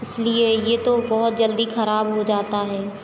इसलिए यह तो बहुत जल्दी खराब हो जाता है